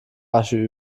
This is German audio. asche